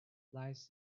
lies